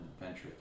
adventure